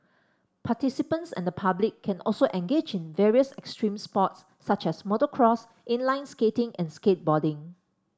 participants and the public can also engage in various extreme sports such as motocross inline skating and skateboarding